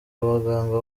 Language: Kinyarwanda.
abaganga